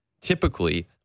typically